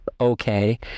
okay